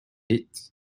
heat